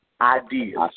ideas